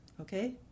Okay